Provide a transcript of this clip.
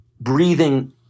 breathing